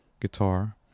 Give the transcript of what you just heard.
guitar